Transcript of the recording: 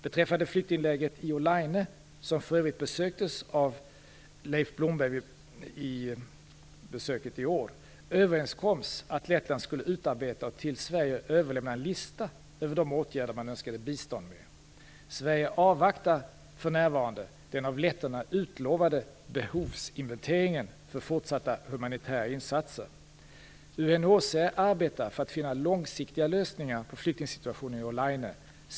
Beträffande flyktinglägret i Olaine, som för övrigt besöktes av Lettland skulle utarbeta och till Sverige överlämna en lista över de åtgärder man önskade bistånd med. Sverige avvaktar för närvarande den av letterna utlovade behovsinventeringen för fortsatta humanitära insatser. UNHCR arbetar för att finna långsiktiga lösningar på flyktingsituationen i Olaine.